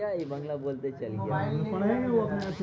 বছরের শেষে উপার্জিত মোট আয়কে বাৎসরিক ইনকাম বলা হয়